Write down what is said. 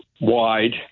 wide